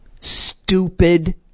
stupid